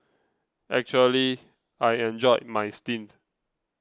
actually I enjoyed my stint